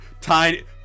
tiny